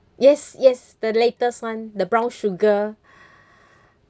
yes yes the latest one the brown sugar